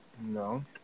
No